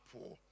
poor